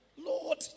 Lord